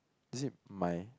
is it my